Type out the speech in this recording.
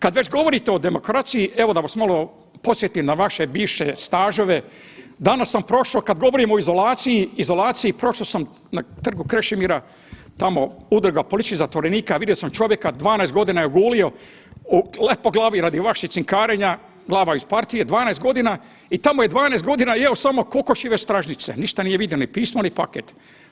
Kada već govorite o demokraciji evo da vas malo podsjetim na vaše bivše stažove, danas sam prošao kada govorimo o izolaciji prošao sam na Trgu Krešimira tamo udruga političkih zatvorenika vidio sam čovjeka 12 godina je gulio u Lepoglavi radi vašeg cinkarenja glava iz partije 12 godina i tamo je 12 godina jeo samo kokošje stražnjice, ništa nije vidio ni pismo ni paket.